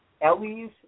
Ellie's